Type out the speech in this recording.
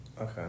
Okay